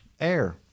Air